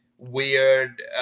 weird